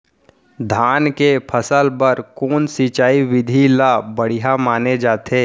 धान के फसल बर कोन सिंचाई विधि ला बढ़िया माने जाथे?